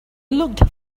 looked